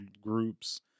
groups